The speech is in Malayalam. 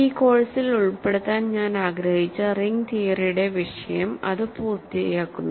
ഈ കോഴ്സിൽ ഉൾപ്പെടുത്താൻ ഞാൻ ആഗ്രഹിച്ച റിംഗ് തിയറിയുടെ വിഷയം അത് പൂർത്തിയാക്കുന്നു